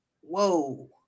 whoa